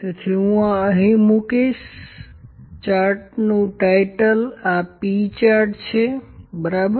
તેથી આ હું મુકીશ અહીં ચાર્ટનું શીર્ષક આ P ચાર્ટ છે બરાબર